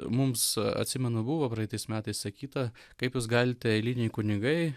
mums atsimenu buvo praeitais metais sakyta kaip jūs galite eiliniai kunigai